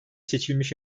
seçilmiş